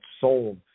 sold